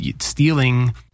stealing